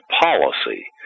policy